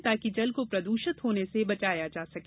ताकि जल को प्रद्षित होने से बचाया जा सके